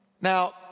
Now